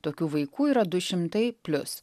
tokių vaikų yra du šimtai plius